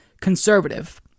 conservative